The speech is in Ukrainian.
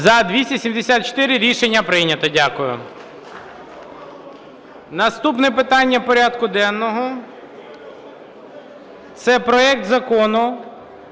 За-274 Рішення прийнято. Дякую. Наступне питання порядку денного, це проект Закону